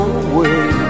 away